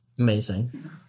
Amazing